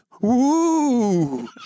woo